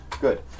Good